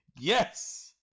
yes